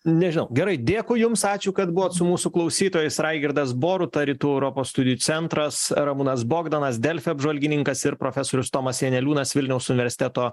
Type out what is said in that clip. nežinau gerai dėkui jums ačiū kad buvot su mūsų klausytojais raigardas boruta rytų europos studijų centras ramūnas bogdanas delfi apžvalgininkas ir profesorius tomas janeliūnas vilniaus universiteto